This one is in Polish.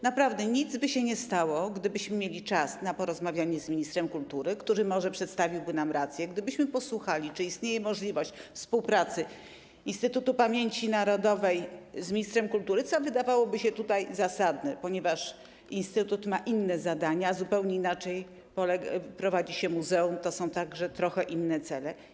Naprawdę nic by się nie stało, gdybyśmy mieli czas na porozmawianie z ministrem kultury, który może przedstawiłby nam swoją rację, gdybyśmy posłuchali, czy istnieje możliwość współpracy Instytutu Pamięci Narodowej z ministrem kultury, co wydawałoby się zasadne, ponieważ instytut ma inne zadania, a zupełnie inaczej prowadzi się muzeum, to są także trochę inne cele.